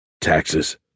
Taxes